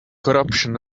corruption